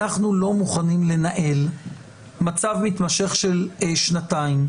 אנחנו לא מוכנים לנהל מצב מתמשך של שנתיים,